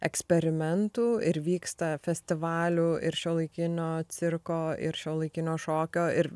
eksperimentų ir vyksta festivalių ir šiuolaikinio cirko ir šiuolaikinio šokio ir